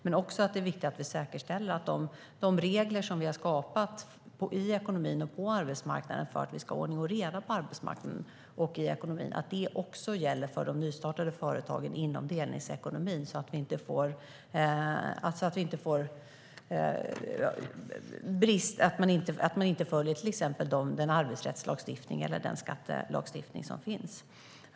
Men det är också viktigt att vi säkerställer att de regler som vi har skapat i ekonomin och på arbetsmarknaden för att vi ska ha ordning och reda på arbetsmarknaden och i ekonomin även gäller för de nystartade företagen inom delningsekonomin. Det får inte bli så att man inte följer till exempel den arbetsrättslagstiftning eller den skattelagstiftning som finns.